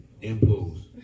impose